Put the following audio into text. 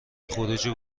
خروجی